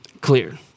clear